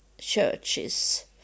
churches